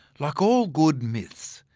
like all good myths,